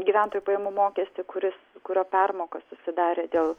gyventojų pajamų mokestį kuris kurio permoka susidarė dėl